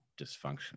dysfunction